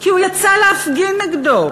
כי הוא יצא להפגין נגדו